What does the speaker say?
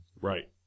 Right